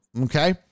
okay